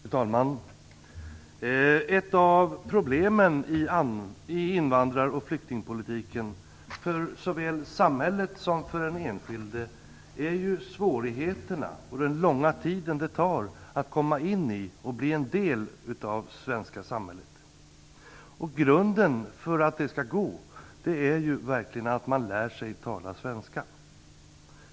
Fru talman! Ett av problemen i invandrar och flyktingpolitiken - såväl för samhället som för den enskilde - är svårigheterna och den långa tid som det tar att komma in i och bli en del av det svenska samhället. Grunden för att det skall gå är verkligen att man lär sig att tala svenska.